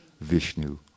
Vishnu